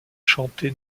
chanté